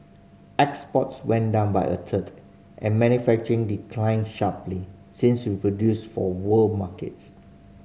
exports went down by a third and declined sharply since we produced for world markets